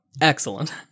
Excellent